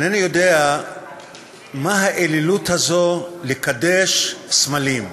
אינני יודע מה האלילות הזאת, לקדש סמלים.